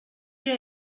què